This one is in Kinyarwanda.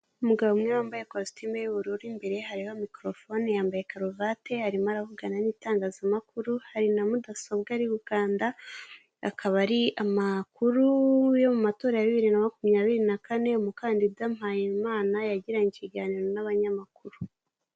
Umugabo umwe wambaye kositimu y'ubururu imbere ye hariho microphone, yambaye karuvati arimo aravugana n'itangazamakuru hari na mudasobwa ari gukanda akaba ari amakuru yo mu matora ya bibiri na makumyabiri na kane, umukandida Mpayimana yagiranye ikiganiro n'abanyamakuru.